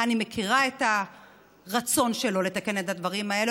אני מכירה את הרצון שלו לתקן את הדברים האלה,